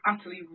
utterly